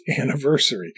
anniversary